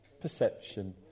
perception